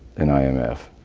an i m f?